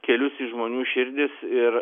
kelius į žmonių širdis ir